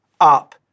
up